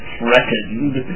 threatened